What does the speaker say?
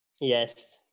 Yes